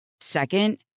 Second